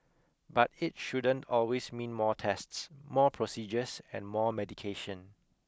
but it shouldn't always mean more tests more procedures and more medication